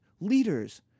leaders